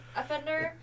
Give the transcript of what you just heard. offender